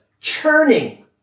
churning